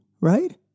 right